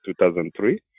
2003